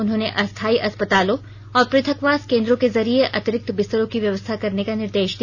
उन्होंने अस्थायी अस्पतालों और पृथकवास केन्द्रों के जरिये अतिरिक्त बिस्तरों की व्यवस्था करने का निर्देश दिया